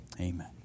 Amen